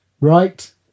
Right